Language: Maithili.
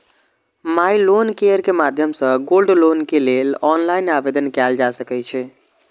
माइ लोन केयर के माध्यम सं गोल्ड लोन के लेल ऑनलाइन आवेदन कैल जा सकै छै